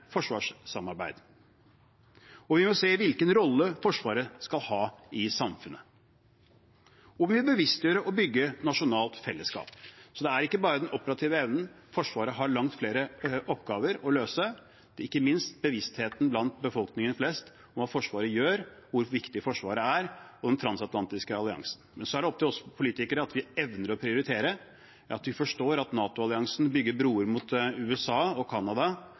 forsvarssamarbeid. Vi må se hvilken rolle Forsvaret skal ha i samfunnet, og vi må bevisstgjøre og bygge nasjonalt fellesskap. Så det er ikke bare den operative evnen. Forsvaret har langt flere oppgaver å løse, ikke minst bevisstheten blant befolkningen om hva Forsvaret gjør, hvor viktig Forsvaret er, og den transatlantiske alliansen. Så er det opp til oss politikere å evne å prioritere. At vi forstår at NATO-alliansen bygger broer mot USA og Canada,